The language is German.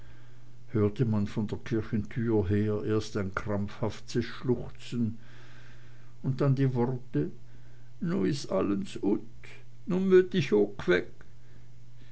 hörte man von der kirchentür her erst ein krampfhaftes schluchzen und dann die worte nu is allens ut nu möt ick ook weg